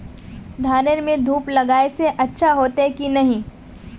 धानेर में धूप लगाए से अच्छा होते की नहीं?